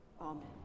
Amen